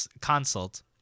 consult